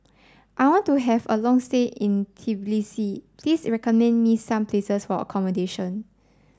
I want to have a long stay in Tbilisi please recommend me some places for accommodation